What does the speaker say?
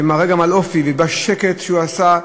שמראה גם על אופי, ובשקט שבו הוא עשה.